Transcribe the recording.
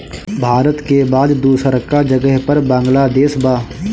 भारत के बाद दूसरका जगह पर बांग्लादेश बा